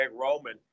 Roman